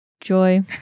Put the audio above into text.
Joy